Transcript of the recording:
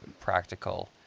practical